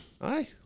Aye